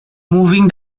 moving